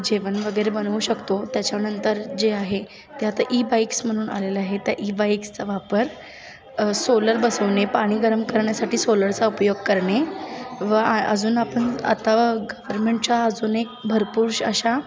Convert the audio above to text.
जेवण वगैरे बनवू शकतो त्याच्यानंतर जे आहे ते आता ई बाईक्स म्हणून आलेलं आहे त्या ई बाईक्सचा वापर सोलर बसवणे पाणी गरम करण्यासाठी सोलरचा उपयोग करणे व आ अजून आपण आता गवर्मेंटच्या अजून एक भरपूर अशा